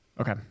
Okay